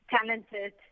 talented